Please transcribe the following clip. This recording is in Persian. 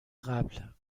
قبل